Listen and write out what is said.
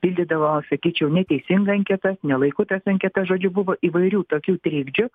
pildydavo sakyčiau neteisingai anketas ne laiku tas anketas žodžiu buvo įvairių tokių trikdžių